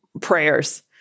prayers